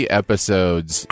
episodes